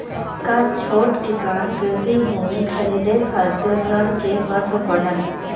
का छोट किसान कृषि भूमि खरीदे खातिर ऋण के पात्र बाडन?